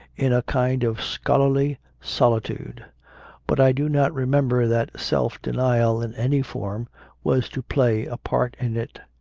in a kind of scholarly solitude but i do not remember that self-denial in any form was to play a part in it.